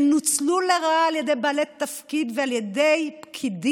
שנוצלו לרעה על ידי בעלי תפקיד ועל ידי פקידים,